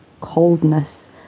coldness